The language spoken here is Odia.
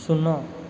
ଶୂନ